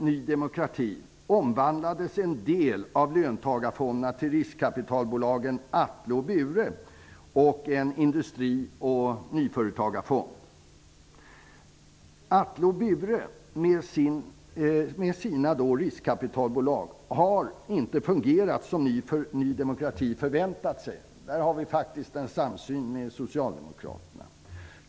Bure och till en industri och nyföretagarfond. Atle och Bure med sina riskkapitalbolag har inte fungerat på det sätt som Ny demokrati förväntat sig. På den punkten har vi faktiskt en samsyn med socialdemokraterna.